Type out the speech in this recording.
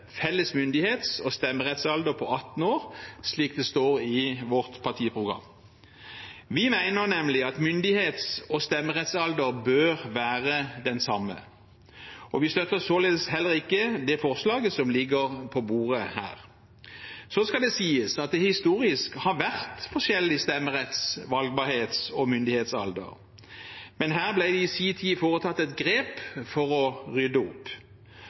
felles myndighets- og stemmerettsalder på 18 år, slik det står i vårt partiprogram. Vi mener nemlig at myndighets- og stemmerettsalder bør være den samme. Vi støtter således heller ikke det forslaget som ligger på bordet her. Så skal det sies at det historisk har vært forskjellig stemmeretts-, valgbarhets- og myndighetsalder, men her ble det i sin tid foretatt et grep for å rydde opp.